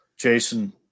Jason